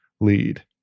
lead